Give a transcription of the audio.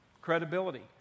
Credibility